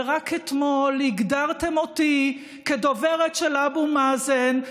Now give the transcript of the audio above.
ורק אתמול הגדרתם אותי כדוברת של אבו מאזן,